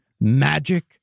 magic